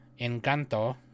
encanto